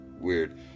weird